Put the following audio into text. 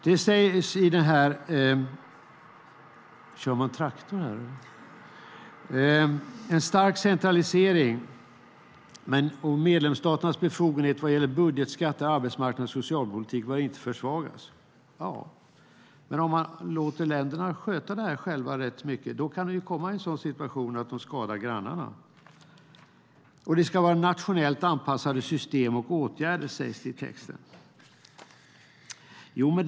Det talas om stark centralisering och att medlemsstaternas befogenhet vad gäller budget-, skatte-, arbetsmarknads och socialpolitik inte bör försvagas. Men om man låter länderna själva sköta det kan det uppstå en situation där det skadar grannarna. Det ska vara nationellt anpassade system och åtgärder, sägs det också i texten.